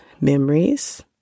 memories